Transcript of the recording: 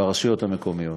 ברשויות המקומיות.